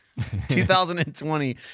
2020